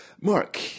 Mark